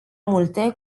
multe